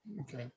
Okay